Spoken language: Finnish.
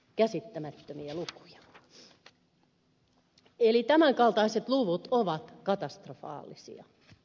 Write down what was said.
käsittämättömiä lukuja eli tämänkaltaiset luvut ovat katastrofaalisia